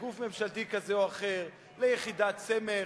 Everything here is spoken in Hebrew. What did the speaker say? לגוף ממשלתי כזה או אחר, ליחידת סמך,